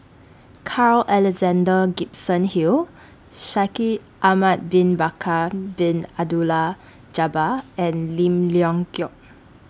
Carl Alexander Gibson Hill Shaikh Ahmad Bin Bakar Bin Abdullah Jabbar and Lim Leong Geok